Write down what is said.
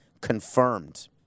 confirmed